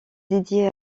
dédiée